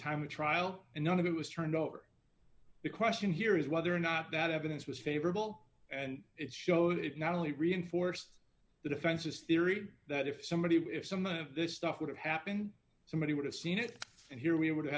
time of trial and none of it was turned over the question here is whether or not that evidence was favorable and it showed it not only reinforced the defense's theory that if somebody if some of this stuff would have happened somebody would have seen it and here we would have